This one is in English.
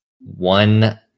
One